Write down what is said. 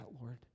Lord